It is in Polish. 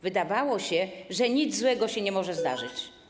Wydawało się, że nic złego się nie może zdarzyć.